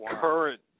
current